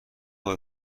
خود